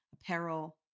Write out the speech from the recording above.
apparel